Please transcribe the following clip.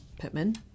Pittman